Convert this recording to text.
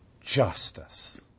justice